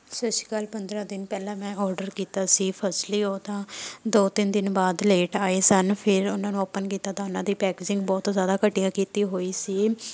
ਸਤਿ ਸ਼੍ਰੀ ਅਕਾਲ ਪੰਦਰ੍ਹਾਂ ਦਿਨ ਪਹਿਲਾਂ ਮੈਂ ਔਡਰ ਕੀਤਾ ਸੀ ਫਸਟਲੀ ਉਹਦਾ ਦੋ ਤਿੰਨ ਦਿਨ ਬਾਅਦ ਲੇਟ ਆਏ ਸਨ ਫਿਰ ਉਹਨਾਂ ਨੂੰ ਓਪਨ ਕੀਤਾ ਤਾਂ ਉਹਨਾਂ ਦੀ ਪੈਕਜਿੰਗ ਬਹੁਤ ਜ਼ਿਆਦਾ ਘਟੀਆ ਕੀਤੀ ਹੋਈ ਸੀ